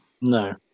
No